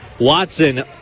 Watson